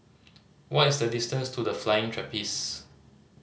what is the distance to The Flying Trapeze